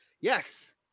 Yes